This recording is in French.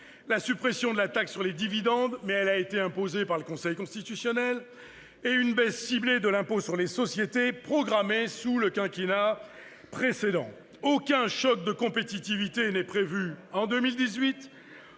la suppression de la taxe sur les dividendes, laquelle a été imposée par le Conseil constitutionnel, et une baisse ciblée de l'impôt sur les sociétés programmée sous le quinquennat précédent. Aucun choc de compétitivité n'est ainsi prévu en 2018,